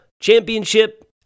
championship